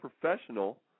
professional